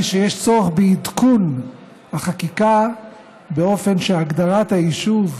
שיש צורך בעדכון החקיקה באופן שהגדרת היישוב,